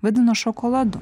vadina šokoladu